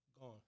Gone